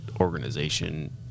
organization